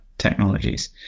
Technologies